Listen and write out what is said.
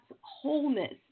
wholeness